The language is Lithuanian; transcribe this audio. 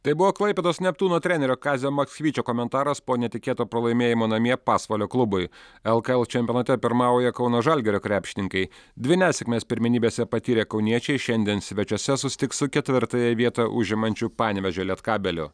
tai buvo klaipėdos neptūno trenerio kazio maksvyčio komentaras po netikėto pralaimėjimo namie pasvalio klubui lkl čempionate pirmauja kauno žalgirio krepšininkai dvi nesėkmes pirmenybėse patyrę kauniečiai šiandien svečiuose susitiks su ketvirtąją vietą užimančiu panevėžio lietkabeliu